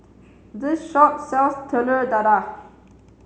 this shop sells Telur Dadah